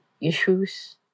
issues